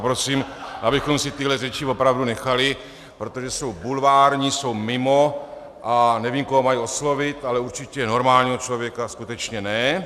Poprosím, abychom si tyhle řeči opravdu nechali, protože jsou bulvární, jsou mimo a nevím, koho mají oslovit, ale určitě normálního člověka skutečně ne.